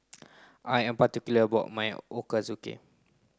I am particular about my Ochazuke